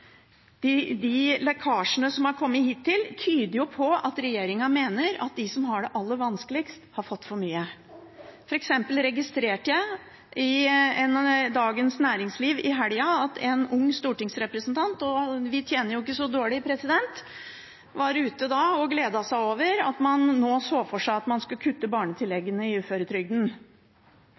De lekkasjene som er kommet hittil, tyder jo på at regjeringen mener at de som har det aller vanskeligst, har fått for mye. Jeg registrerte f.eks. i helgen at en ung stortingsrepresentant – og vi tjener jo ikke så dårlig – var ute i Dagens Næringsliv og gledet seg over at man nå så for seg at man skulle kutte barnetillegget i uføretrygden,